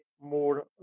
more